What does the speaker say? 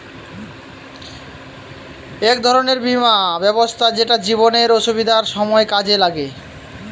এক ধরনের বীমা ব্যবস্থা যেটা জীবনে অসুবিধার সময় কাজে লাগে